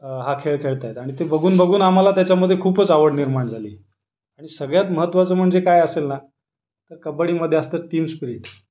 हा खेळ खेळत आहेत आणि ते बघून बघून आम्हाला त्याच्यामधे खूपच आवड निर्माण झाली आणि सगळ्यात महत्त्वाचं म्हणजे काय असेल ना तर कबड्डीमधे असतं टीम स्पिरिट